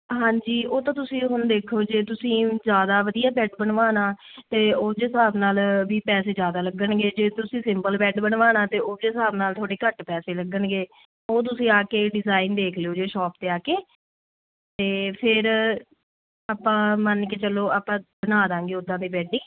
ਹਾਂਜੀ ਉਹ ਤਾਂ ਤੁਸੀਂ ਹੁਣ ਦੇਖੋ ਜੇ ਤੁਸੀਂ ਜ਼ਿਆਦਾ ਵਧੀਆ ਬੈੱਡ ਬਨਵਾਣਾ ਤੇ ਉਹ ਦੇ ਹਿਸਾਬ ਨਾਲ਼ ਵੀ ਪੈਸੇ ਜ਼ਿਆਦਾ ਲੱਗਣਗੇ ਜੇ ਤੁਸੀਂ ਸਿੰਪਲ ਬੈੱਡ ਬਨਵਾਣਾ ਆ ਤਾਂ ਫ਼ੇਰ ਓਹਦੇ ਹਿਸਾਬ ਨਾਲ਼ ਥੋਡੇ ਘੱਟ ਪੈਸੇ ਲੱਗਣਗੇ ਉਹ ਤੁਸੀਂ ਆ ਕੇ ਡਿਜ਼ਾਈਨ ਦੇਖ ਲਿਓ ਜੇ ਸ਼ੋਪ ਤੇ ਆ ਕੇ ਤੇ ਫ਼ੇਰ ਆਪਾਂ ਮੰਨ ਕੇ ਚੱਲੋ ਆਪਾਂ ਬਣਾਦਾਂਗੇ ਓਦਾਂ ਦੇ ਬੈੱਡ ਈ